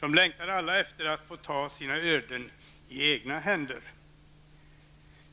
Det längtar alla efter att få ta sina öden i egna händer.